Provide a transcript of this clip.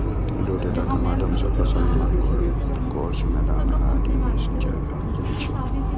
rotator के माध्यम सं फसल, लॉन, गोल्फ कोर्स, मैदान आदि मे सिंचाइ कैल जाइ छै